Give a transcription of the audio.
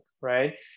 right